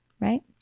Right